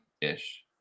ish